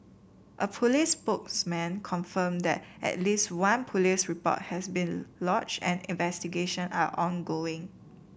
a police spokesman confirmed that at least one police report has been lodged and investigation are ongoing